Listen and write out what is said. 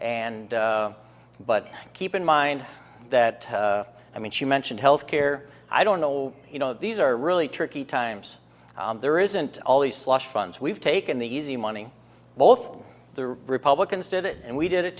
and but keep in mind that i mean she mentioned health care i don't know you know these are really tricky times there isn't all the slush funds we've taken the easy money both the republicans did it and we did it